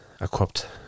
Equipped